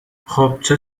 خوبچه